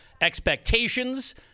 expectations